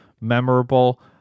memorable